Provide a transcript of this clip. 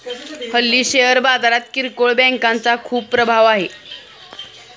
हल्ली शेअर बाजारात किरकोळ बँकांचा खूप प्रभाव आहे